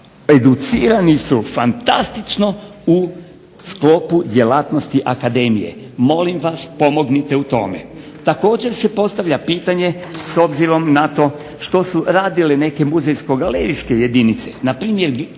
educirani su fantastično u sklopu djelatnosti akademije. Molim vas pomognite u tome. Također se postavlja pitanje s obzirom na to što su radile neke muzejsko-galerijske jedinice.